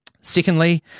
Secondly